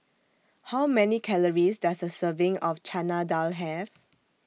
How Many Calories Does A Serving of Chana Dal Have